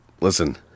listen